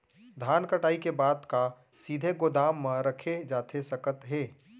धान कटाई के बाद का सीधे गोदाम मा रखे जाथे सकत हे?